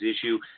issue